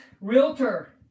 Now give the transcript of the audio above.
realtor